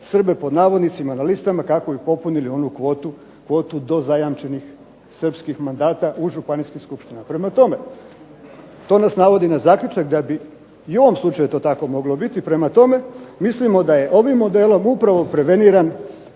Srbe pod navodnicima na listama kako bi popunili onu kvotu do zajamčenih srpskih mandata u županijskim skupštinama. Prema tome, to nas navodi na zaključak da bi i u ovom slučaju to tako moglo biti. Prema tome, mislimo da je ovim modelom upravo preveniran